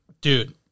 dude